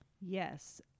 Yes